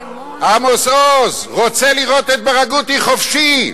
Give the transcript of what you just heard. עמוס עוז, עמוס עוז רוצה לראות את ברגותי חופשי.